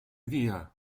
via